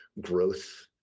growth